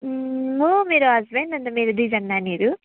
म मेरो हस्बेन्ड अन्त मेरो दुईजना नानीहरू